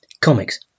comics